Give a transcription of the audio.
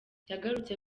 yagarutse